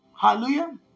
Hallelujah